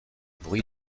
bruit